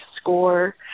score